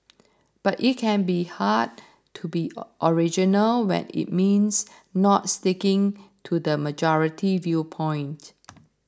but it can be hard to be original when it means not sticking to the majority viewpoint